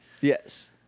Yes